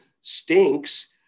stinks